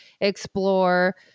explore